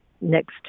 next